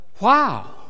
wow